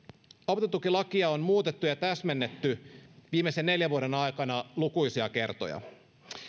opintotukilakia on muutettu ja täsmennetty viimeisen neljän vuoden aikana lukuisia kertoja